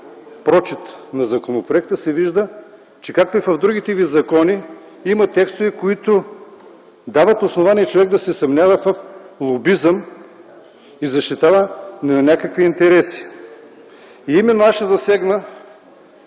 по-детайлен прочит се вижда, че, както и в другите ви закони, има текстове, които дават основание човек да се съмнява в лобизъм и защита на някакви интереси. Аз ще засегна